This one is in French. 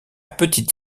petite